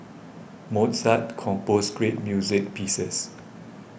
Mozart composed great music pieces